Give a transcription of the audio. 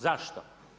Zašto?